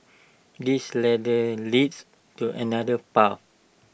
this ladder leads to another path